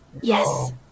Yes